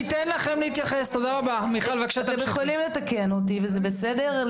אתם יכולים לתקן אותי וזה בסדר.